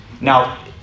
Now